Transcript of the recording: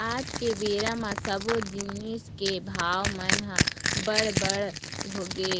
आज के बेरा म सब्बो जिनिस के भाव मन ह बड़ बढ़ गे